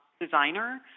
designer